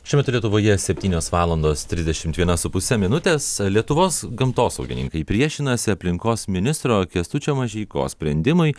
šiuo metu lietuvoje septynios valandos trisdešimt viena su puse minutės lietuvos gamtosaugininkai priešinasi aplinkos ministro kęstučio mažeikos sprendimui